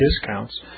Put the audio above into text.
discounts